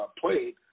played